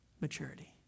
maturity